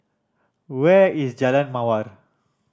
where is Jalan Mawar